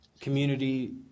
community